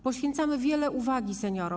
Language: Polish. Poświęcamy wiele uwagi seniorom.